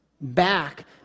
Back